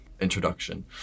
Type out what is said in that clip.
introduction